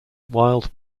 wild